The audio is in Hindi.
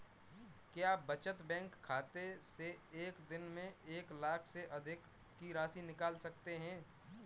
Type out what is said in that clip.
क्या बचत बैंक खाते से एक दिन में एक लाख से अधिक की राशि निकाल सकते हैं?